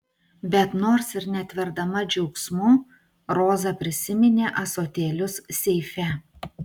bet nors ir netverdama džiaugsmu roza prisiminė ąsotėlius seife